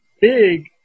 big